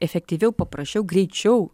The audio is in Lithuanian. efektyviau paprasčiau greičiau